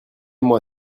moi